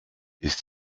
ist